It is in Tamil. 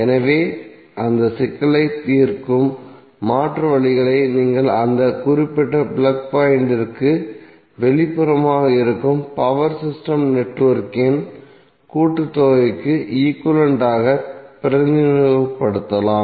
எனவே அந்த சிக்கலை தீர்க்கும் மாற்று வழிகளை நீங்கள் அந்த குறிப்பிட்ட பிளக் பாயிண்டிற்கு வெளிப்புறமாக இருக்கும் பவர் சிஸ்டம் நெட்வொர்க்கின் கூட்டுத்தொகைக்கு ஈக்வலன்ட் ஆக பிரதிநிதித்துவப்படுத்தலாம்